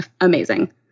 amazing